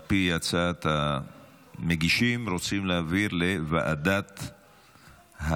על פי הצעת המגישים, רוצים להעביר לוועדת הפנים.